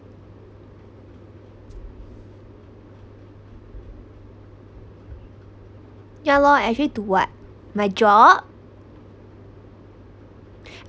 ya lor I actually do what my job